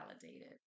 validated